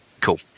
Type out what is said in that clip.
Cool